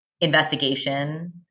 investigation